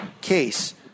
Case